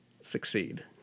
succeed